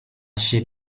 sheep